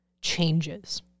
changes